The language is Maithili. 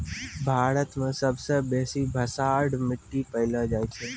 भारत मे सबसे बेसी भसाठ मट्टी पैलो जाय छै